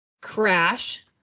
crash